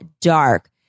dark